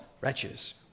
wretches